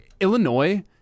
Illinois